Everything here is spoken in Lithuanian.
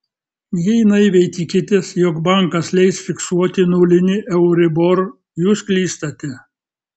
jei naiviai tikitės jog bankas leis fiksuoti nulinį euribor jūs klystate